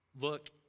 look